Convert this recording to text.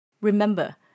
Remember